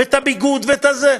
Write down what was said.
ואת הביגוד ואת הזה.